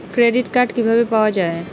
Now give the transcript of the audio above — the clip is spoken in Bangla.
ক্রেডিট কার্ড কিভাবে পাওয়া য়ায়?